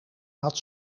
had